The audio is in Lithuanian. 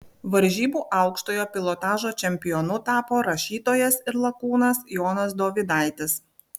varžybų aukštojo pilotažo čempionu tapo rašytojas ir lakūnas jonas dovydaitis